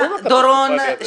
דורון,